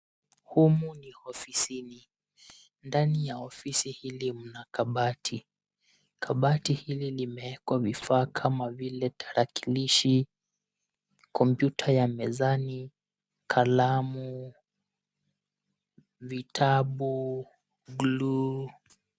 Humu ni ofisini. Ndani ya ofisi hili mna kabati. Kabati hili limewekwa vifaa kama vile tarakilishi, kompyuta ya mezani, kalamu, vitabu, gluu.